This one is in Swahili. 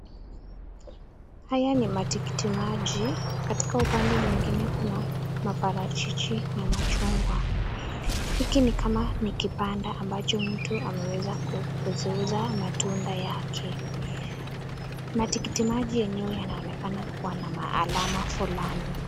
Haya ni matikiti maji, katika upande mwingine kuna maparachichi na machungwa. Hiki ni kama ni kibanda ambacho mtu ameweza kuziuza matunda yake. Matikiti maji yenyewe yanaonekana kuwa na maalama fulani.